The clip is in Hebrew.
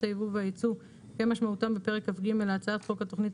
היבוא והיצוא כמשמעותם בפרק כג' להצעת חוק התכנית